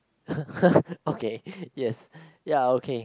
okay yes ya okay